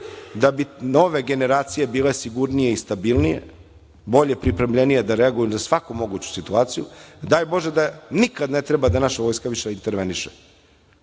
da bi nove generacije bile sigurnije i stabilnije, bolje pripremljenije da reaguju na svaku moguću situaciju. Daj Bože da nikada ne treba da naša vojska više interveniše,